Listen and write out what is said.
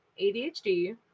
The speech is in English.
ADHD